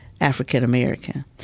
african-american